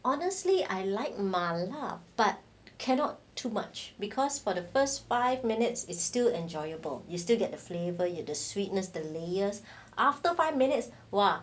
honestly I like 麻辣 lah but cannot too much because for the first five minutes is still enjoyable you still get the flavour yet the sweetness the layers after five minutes !wah!